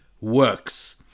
works